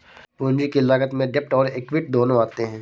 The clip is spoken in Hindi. पूंजी की लागत में डेब्ट और एक्विट दोनों आते हैं